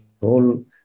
whole